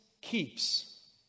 keeps